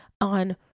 on